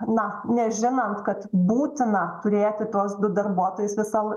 na nežinant kad būtina turėti tuos du darbuotojus visą l